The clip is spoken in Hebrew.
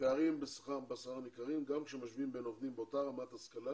הפערים בשכר ניכרים גם כאשר משווים בין עובדים באותה רמת השכלה